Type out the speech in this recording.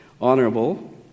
honorable